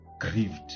grieved